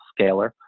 scalar